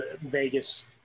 Vegas